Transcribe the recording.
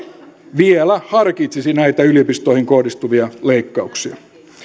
vielä harkitsisi näitä yliopistoihin kohdistuvia leikkauksia